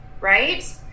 right